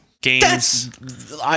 Games